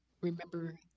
remember